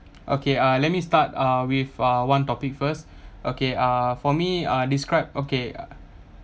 okay ah let me start uh with uh one topic first okay uh for me uh describe okay